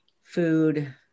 food